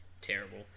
terrible